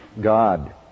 God